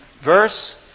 verse